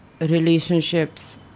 relationships